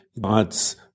God's